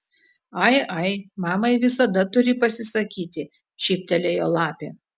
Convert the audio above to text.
ai ai mamai visada turi pasisakyti šyptelėjo lapė